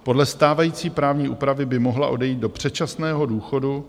Podle stávající právní úpravy by mohla odejít do předčasného důchodu.